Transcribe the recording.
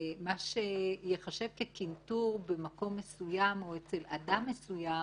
אנחנו נמשיך לסבלותינו, למרות שחצי עין צופיה לשם,